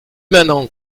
manants